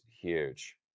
huge